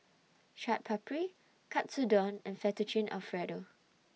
Chaat Papri Katsudon and Fettuccine Alfredo